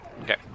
Okay